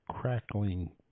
crackling